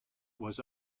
was